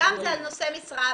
שם זה על נושא משרה.